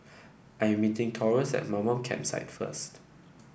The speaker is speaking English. I'm meeting Taurus at Mamam Campsite first